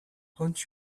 haunt